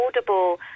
affordable